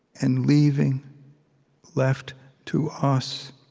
and, leaving left to us